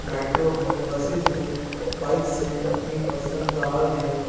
metro ہیں buses ہیں bikes ہیں اپنی پرسنل کار ہیں